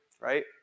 right